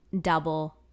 double